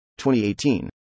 2018